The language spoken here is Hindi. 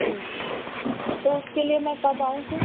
जी जी तो उसके लिए मैं कब आऊँ सर